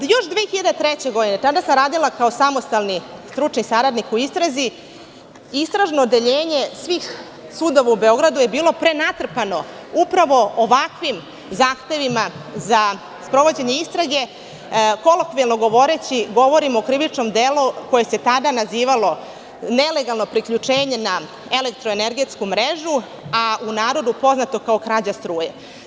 Još 2003. godine, kada sam radila kao samostalni stručni saradnik u istrazi, istražno odeljenje svih sudova u Beogradu je bilo prenatrpano upravo ovakvim zahtevima za sprovođenje istrage, kolokvijalno govoreći, govorim o krivičnom delu koje se tada nazivalo nelegalno priključenje na elektro energetsku mrežu, u narodu poznato kao krađa struje.